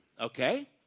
Okay